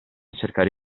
cercare